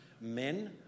Men